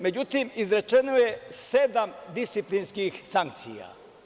Međutim, izrečeno je sedam disciplinskih sankcija.